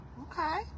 Okay